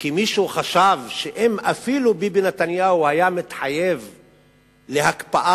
מישהו חשב שאפילו אם ביבי נתניהו היה מתחייב להקפאה,